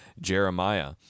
Jeremiah